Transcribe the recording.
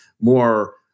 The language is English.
more